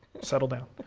settle down.